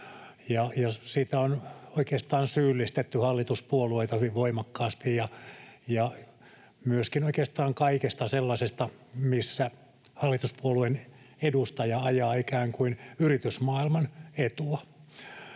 Siitä on oikeastaan syyllistetty hallituspuolueita hyvin voimakkaasti, ja myöskin oikeastaan kaikesta sellaisesta, missä hallituspuolueen edustaja ajaa ikään kuin yritysmaailman etua.